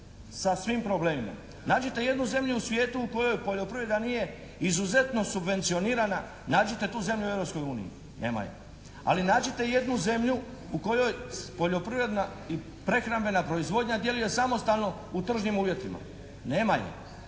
sa svim problemima. Nađite jednu zemlju u svijetu u kojoj poljoprivreda nije izuzetno subvencionirana, nađite tu zemlju u Europskoj uniji. Nema je. Ali nađite jednu zemlju u kojoj poljoprivredna i prehrambena proizvodnja djeluje samostalno u tržnim uvjetima. Nema je.